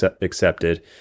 accepted